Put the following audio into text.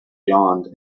yawned